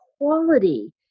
quality